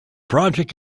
project